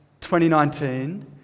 2019